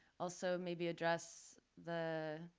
also maybe address the